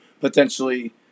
potentially